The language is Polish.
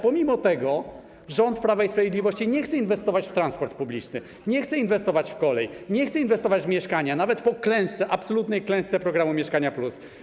Pomimo tego rząd Prawa i Sprawiedliwości nie chce inwestować w transport publiczny, nie chce inwestować w kolej, nie chce inwestować w mieszkania, nawet po absolutnej klęsce programu „Mieszkanie+”